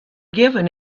given